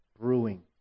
brewing